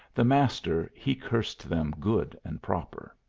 the master he cursed them good and proper.